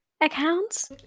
accounts